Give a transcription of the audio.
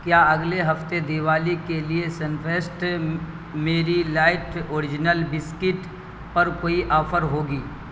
کیا اگلے ہفتے دیوالی کے لیے Sunfeast Marie Light Original biscuit پر کوئی آفر ہوگی